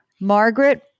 Margaret